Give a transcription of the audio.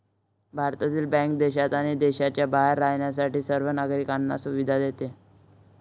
भारतीय बँक देशात आणि देशाच्या बाहेर राहणाऱ्या सर्व नागरिकांना सुविधा देते